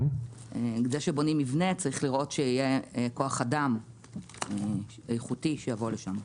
זה שבונים מבנה צריך לראות שיהיה כוח אדם איכותי שיבוא לשם.